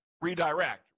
redirect